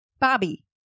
Bobby